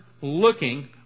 looking